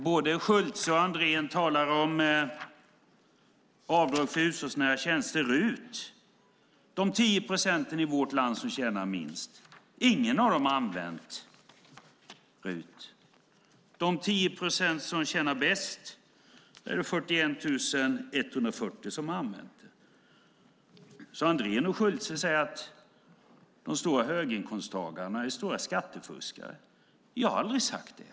Både Schulte och Andrén talar om avdrag för hushållsnära tjänster, RUT. Bland de 10 procent i vårt land som tjänar minst har ingen använt RUT-avdrag. Bland de 10 procent som tjänar bäst är det 41 140 som har använt det. Så Andrén och Schulte säger att höginkomsttagarna är stora skattefuskare. Jag har aldrig sagt det.